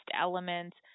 elements